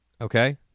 okay